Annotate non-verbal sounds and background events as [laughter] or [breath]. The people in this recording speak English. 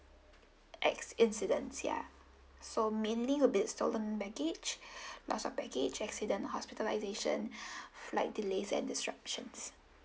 ac~ incidents ya so mainly will be stolen baggage [breath] loss of baggage accident hospitalisation [breath] flight delays and disruptions